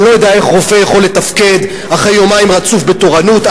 אני לא יודע איך רופא יכול לתפקד אחרי יומיים רצופים בתורנות.